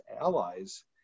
allies